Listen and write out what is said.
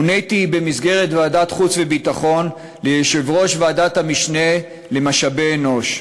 מוניתי במסגרת ועדת חוץ וביטחון ליושב-ראש ועדת המשנה למשאבי אנוש.